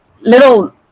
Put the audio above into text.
little